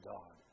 God